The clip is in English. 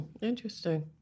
interesting